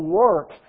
work